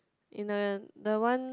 in the the one